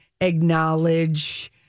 acknowledge